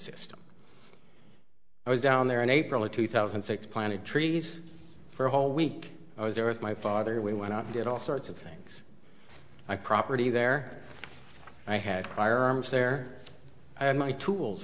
system i was down there in april of two thousand and six planted trees for a whole week i was there with my father we went out and did all sorts of things my property there i had firearms there i had my tools